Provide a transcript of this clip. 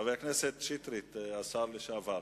חבר הכנסת שטרית, השר לשעבר.